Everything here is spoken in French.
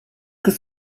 que